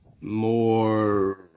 More